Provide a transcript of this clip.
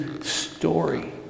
story